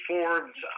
Forbes